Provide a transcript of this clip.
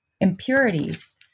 impurities